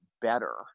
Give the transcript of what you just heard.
better